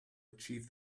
achieve